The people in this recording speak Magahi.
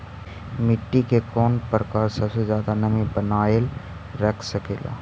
मिट्टी के कौन प्रकार सबसे जादा नमी बनाएल रख सकेला?